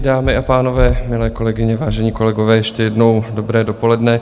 Dámy a pánové, milé kolegyně, vážení kolegové, ještě jednou dobré dopoledne.